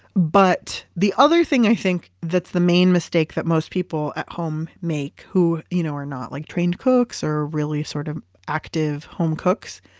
but the other thing i think that's the main mistake that most people at home make, who you know are not like trained cooks or really sort of active home cooks,